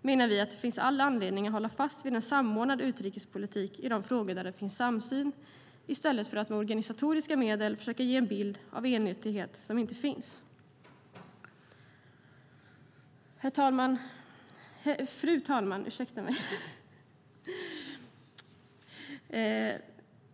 menar vi att det finns det all anledning att hålla fast vid en samordnad utrikespolitik i de frågor där det finns samsyn i stället för att med organisatoriska medel försöka ge en bild av en enhetlighet som inte finns. Fru talman!